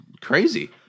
crazy